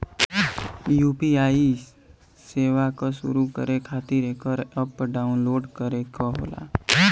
UPI सेवा क शुरू करे खातिर एकर अप्प डाउनलोड करे क होला